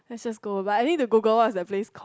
let's just go but I need to google what is that place called